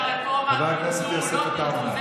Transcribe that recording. עד פסח נעביר את הרפורמה, אם תרצו או לא תרצו.